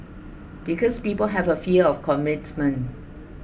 because people have a fear of commitment